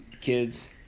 kids